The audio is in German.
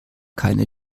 keine